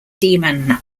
demon